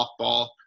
softball